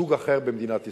מסוג אחר במדינת ישראל,